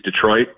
detroit